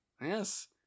Yes